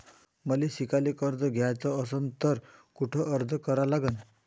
मले शिकायले कर्ज घ्याच असन तर कुठ अर्ज करा लागन?